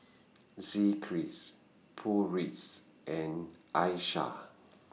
Zikri's Putri's and Aishah